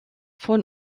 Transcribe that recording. von